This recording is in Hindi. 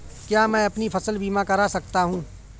क्या मैं अपनी फसल बीमा करा सकती हूँ?